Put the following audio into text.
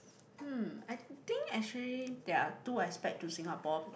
hmm I think actually there are two aspect to Singapore